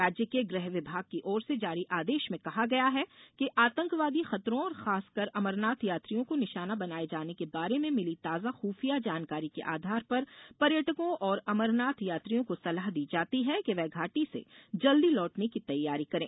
राज्य के गृह विभाग की ओर से जारी आदेश में कहा गया है कि आतंकवादी खतरों और ख़ासकर अमरनाथ यात्रियों को निशाना बनाये जाने के बारे में मिली ताजा खुफिया जानकारी के आधार पर पर्यटकों और अमरनाथ यात्रियों को सलाह दी जाती है कि वे घाटी से जल्दी लौटने की तैयारी करें